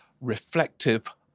reflective